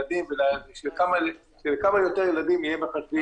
ושלכמה יותר ילדים יהיה מחשבים.